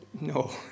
no